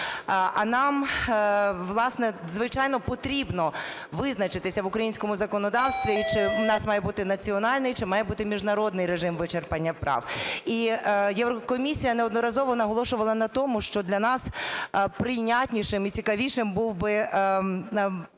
А нам, власне, звичайно, потрібно визначитися в українському законодавстві, чи в нас має бути національний чи має бути міжнародний режим вичерпання прав. І комісія неодноразово наголошувала на тому, що для нас прийнятнішим і цікавішім був би